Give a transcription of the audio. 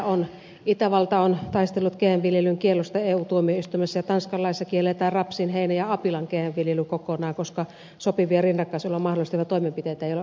itävalta on taistellut gm viljelyn kiellosta eu tuomioistuimessa ja tanskan laissa kielletään rapsin heinän ja apilan gm viljely kokonaan koska sopivia rinnakkaiselon mahdollistavia toimenpiteitä ei ole olemassa